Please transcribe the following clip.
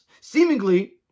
Seemingly